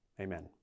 amen